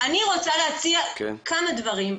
אני רוצה להציע כמה דברים.